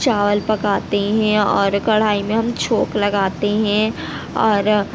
چاول پکاتے ہیں اور کڑھائی میں ہم چھوک لگاتے ہیں اور